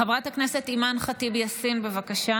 חברת הכנסת אימאן ח'טיב יאסין, בבקשה,